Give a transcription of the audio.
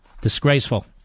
Disgraceful